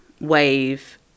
wave